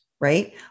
right